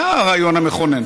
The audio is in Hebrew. זה הרעיון המכונן.